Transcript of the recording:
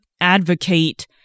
advocate